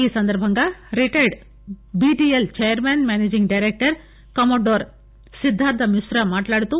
ఈ సంద్బంగా retired BDL chairman managing director commodore Siddharth Mishra మాట్లాడుతూ